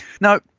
Now